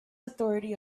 authority